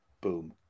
Boom